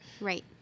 Right